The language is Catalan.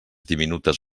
diminutes